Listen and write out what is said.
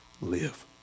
live